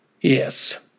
Yes